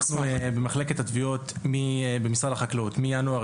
אנחנו במחלקת התביעות במשרד החקלאות מינואר